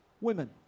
women